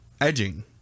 edging